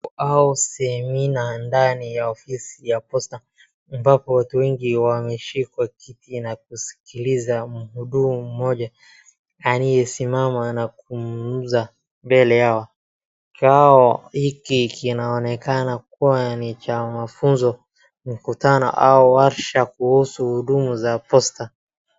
Au semina ndani ya ofisi ya posta ambapo watu wengi wameshikwa kiti na kusikiliza muhudumu mmoja aliyesimama na kuzungumza mbele yao. Kikao hiki kinaonekana kuwa ni cha mafunzo, mkutano au warsha kuhusu hudumu za posta.